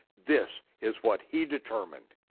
this is what he determined.